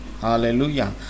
hallelujah